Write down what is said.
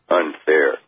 unfair